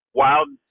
wild